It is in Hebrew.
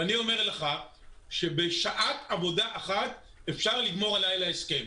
ואני אומר לך שבשעת עבודה אחת אפשר לגמור הלילה הסכם.